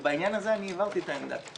ובעניין הזה הבהרתי את העמדה,